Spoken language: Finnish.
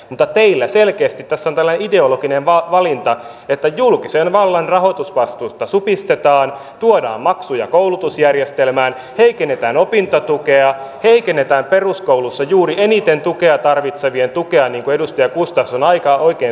mutta teillä selkeästi tässä on tällainen ideologinen valinta että julkisen vallan rahoitusvastuusta supistetaan tuodaan maksuja koulutusjärjestelmään heikennetään opintotukea heikennetään peruskouluissa juuri eniten tukea tarvitsevien tukea niin kuin edustaja gustafsson aika oikein sanoi